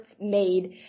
made